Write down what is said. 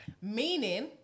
Meaning